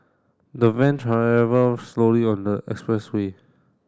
the van slowly on the expressway